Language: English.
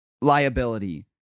liability